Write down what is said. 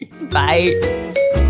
bye